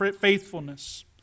faithfulness